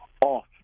off